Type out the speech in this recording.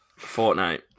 Fortnite